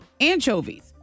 anchovies